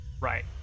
Right